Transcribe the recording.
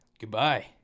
Goodbye